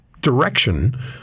direction